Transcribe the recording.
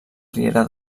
riera